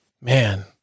Man